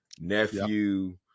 nephew